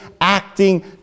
acting